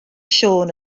siôn